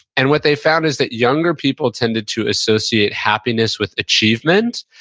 and what they found is that younger people tended to associate happiness with achievement,